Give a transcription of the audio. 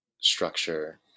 structure